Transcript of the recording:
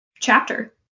chapter